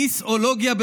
כיסְאולוגיה.